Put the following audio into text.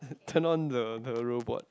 turn on the the robot